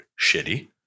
shitty